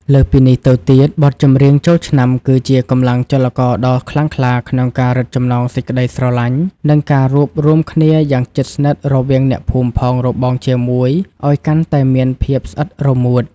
លើសពីនេះទៅទៀត បទចម្រៀងចូលឆ្នាំគឺជាកម្លាំងចលករដ៏ខ្លាំងក្លាក្នុងការរឹតចំណងសេចក្តីស្រឡាញ់ និងការរួបរួមគ្នាយ៉ាងជិតស្និទ្ធរវាងអ្នកភូមិផងរបងជាមួយឱ្យកាន់តែមានភាពស្អិតរមួត។